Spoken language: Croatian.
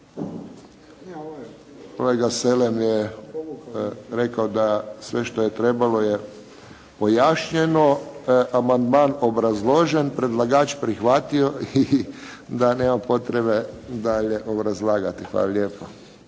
Kolega Selem je rekao da sve što je trebalo je pojašnjeno. Amandman obrazložen, predlagač prihvatio i da nema potreba dalje obrazlagati. Hvala lijepo.